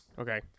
Okay